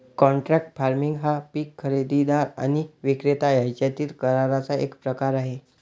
contract farming हा पीक खरेदीदार आणि विक्रेता यांच्यातील कराराचा एक प्रकार आहे